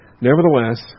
Nevertheless